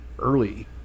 early